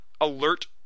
alert